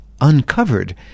uncovered